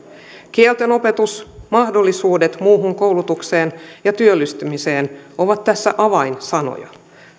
kieltenopetus mahdollisuudet muuhun koulutukseen ja työllistymiseen ovat tässä avainsanoja